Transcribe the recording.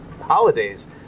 holidays